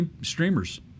streamers